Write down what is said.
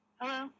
Hello